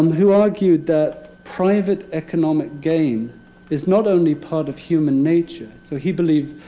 um who argued that private economic gain is not only part of human nature. so he believed,